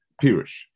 pirish